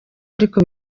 ariko